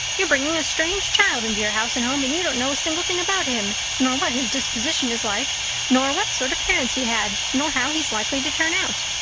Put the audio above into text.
you're bringing a strange child into your house and home and you don't know a single thing about him nor what his disposition is like nor what sort of parents he had nor how he's likely to turn out.